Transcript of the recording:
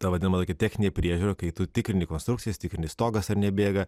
ta vadinamoji techninė priežiūra kai tu tikrini konstrukcijas tikrini stogas ar nebėga